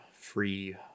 free